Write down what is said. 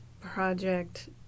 project